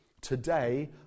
today